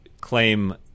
claim-